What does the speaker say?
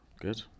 Good